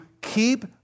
keep